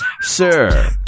Sir